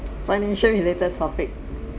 financial related topic